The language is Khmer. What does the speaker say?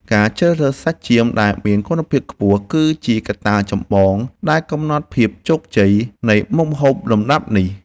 ការជ្រើសរើសសាច់ចៀមដែលមានគុណភាពខ្ពស់គឺជាកត្តាចម្បងដែលកំណត់ភាពជោគជ័យនៃមុខម្ហូបលំដាប់នេះ។